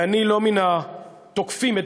ואני לא מן התוקפים את